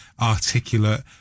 articulate